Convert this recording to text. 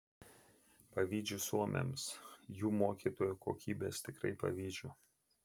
pavydžiu suomiams jų mokytojų kokybės tikrai pavydžiu